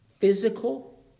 physical